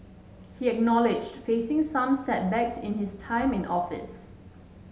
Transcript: he acknowledged facing some setbacks in his time in office